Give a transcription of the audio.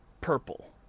purple